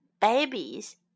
Babies